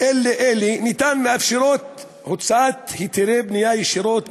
האלה אינן מאפשרות הוצאת היתרי בנייה ישירות מכוחן,